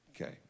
Okay